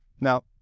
Now